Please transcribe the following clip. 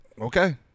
Okay